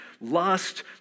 lust